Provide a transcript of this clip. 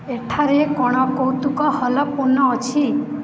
ଏଠାରେ କ'ଣ କୌତୁହଳପୂର୍ଣ୍ଣ ଅଛି